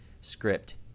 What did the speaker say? script